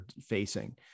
facing